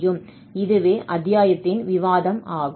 இதுவே அத்தியாயத்தின் விவாதம் ஆகும்